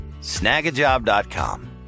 snagajob.com